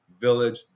village